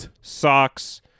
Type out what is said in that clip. socks